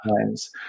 times